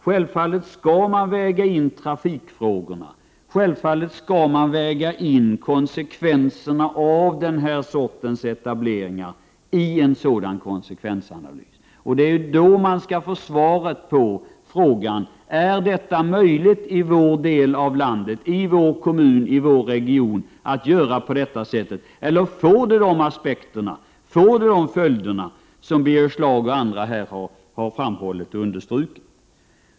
Självfallet skall man väga in trafikfrågorna. Självfallet skall man väga in konsekvenserna av den här sortens etableringar i en sådan konsekvensanalys. Det är då man får svaret på frågan: Är det möjligt att i vår del av landet, i vår kommun eller i vår region göra på detta sätt eller får det de följder som Birger Schlaug och andra har framhållit och understrukit?